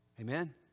Amen